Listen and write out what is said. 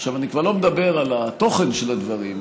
אני כבר לא מדבר על התוכן של הדברים,